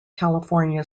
california